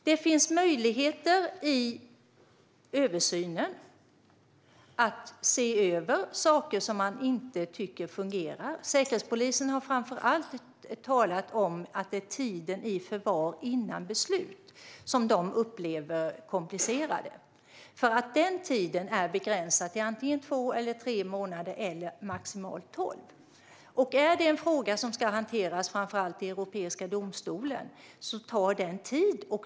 Det finns möjligheter att i översynen se över saker som man inte tycker fungerar. Säkerhetspolisen har framför allt talat om att det är tiden i förvar före beslut som de upplever komplicerar det hela. Denna tid är begränsad till antingen två eller tre månader eller maximalt tolv månader. Om det är en fråga som ska hanteras framför allt i Europadomstolen tar det tid.